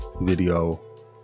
video